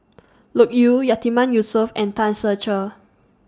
Loke Yew Yatiman Yusof and Tan Ser Cher